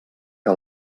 que